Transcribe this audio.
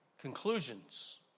conclusions